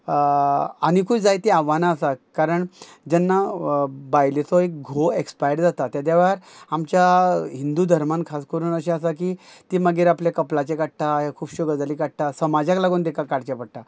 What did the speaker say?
आनिकूय जायतीं आव्हानां आसा कारण जेन्ना बायलेचो एक घो एक्सपायड जाता तेद्या वेळार आमच्या हिंदू धर्मान खास करून अशें आसा की ती मागीर आपलें कपलाचें काडटा हे खुबश्यो गजाली काडटा समाजाक लागून तिका काडचें पडटा